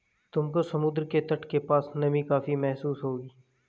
तुमको समुद्र के तट के पास नमी काफी महसूस होगी